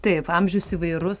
taip amžius įvairus